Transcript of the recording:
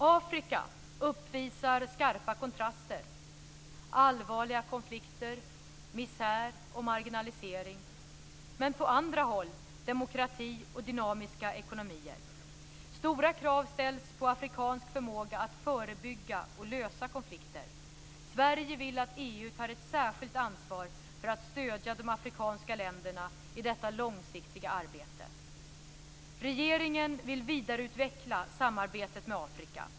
Afrika uppvisar skarpa kontraster - allvarliga konflikter, misär och marginalisering, men på andra håll demokrati och dynamiska ekonomier. Stora krav ställs på afrikansk förmåga att förebygga och lösa konflikter. Sverige vill att EU tar ett särskilt ansvar för att stödja de afrikanska länderna i detta långsiktiga arbete. Regeringen vill vidareutveckla samarbetet med Afrika.